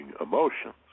emotions